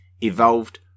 evolved